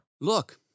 Look